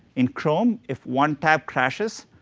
in chrome, if one tab crashes,